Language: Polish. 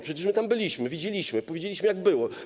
Przecież my tam byliśmy, widzieliśmy, powiedzieliśmy, jak było.